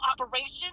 operation